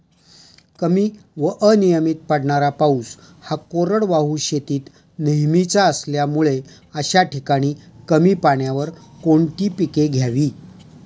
कमी व अनियमित पडणारा पाऊस हा कोरडवाहू शेतीत नेहमीचा असल्यामुळे अशा ठिकाणी कमी पाण्यावर कोणती पिके घ्यावी?